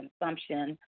consumption